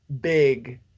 big